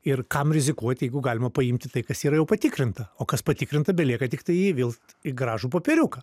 ir kam rizikuot jeigu galima paimti tai kas yra jau patikrinta o kas patikrinta belieka tiktai įvilkt į gražų popieriuką